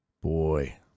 Boy